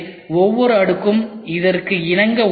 எனவே ஒவ்வொரு அடுக்கும் இதற்கு இணங்க உள்ளது